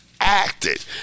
acted